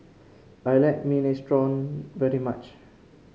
I like Minestrone very much